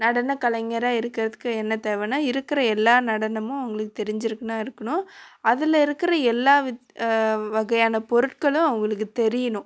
நடனக்கலைஞராக இருக்கிறதுக்கு என்ன தேவைன்னா இருக்கிற எல்லா நடனமும் அவங்களுக்கு தெரிஞ்சுருக்குனா இருக்கணும் அதில் இருக்கிற எல்லா வி வகையான பொருட்களும் அவங்களுக்கு தெரியணும்